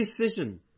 decision